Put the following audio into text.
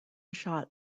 shot